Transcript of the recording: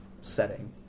setting